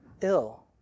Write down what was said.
ill